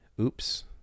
oops